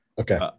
Okay